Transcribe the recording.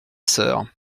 sœur